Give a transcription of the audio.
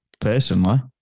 personally